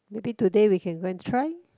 maybe today we can go and try